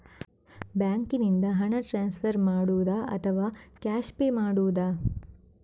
ಬ್ಯಾಂಕಿನಿಂದ ಹಣ ಟ್ರಾನ್ಸ್ಫರ್ ಮಾಡುವುದ ಅಥವಾ ಕ್ಯಾಶ್ ಪೇ ಮಾಡುವುದು?